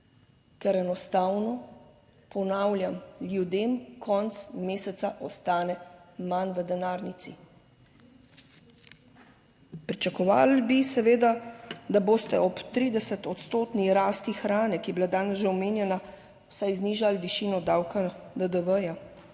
ker enostavno ponavljam, ljudem konec meseca ostane manj v denarnici. Pričakovali bi seveda, da boste ob 30 odstotni rasti hrane, ki je bila danes že omenjena, vsaj znižali višino davka DDV,